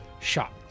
shot